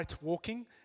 walking